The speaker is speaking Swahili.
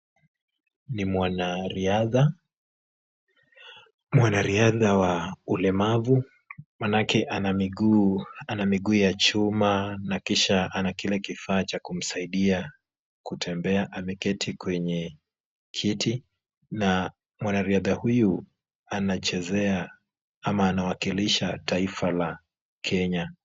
Ni mwanariadha. Mwanariadha wa ulemavu manake ana miguu ya chuma na kisha ana kile kifaa cha kumsaidia kutembea . Ameketi kwenye kiti na mwanariadha huyu anachezea ama anawakilisha taifa la Kenya.